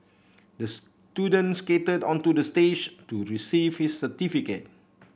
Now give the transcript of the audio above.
the student skated onto the stage to receive his certificate